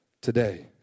today